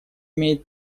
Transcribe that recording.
имеет